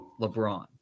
LeBron